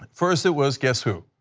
first it was guess who?